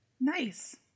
Nice